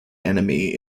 enemy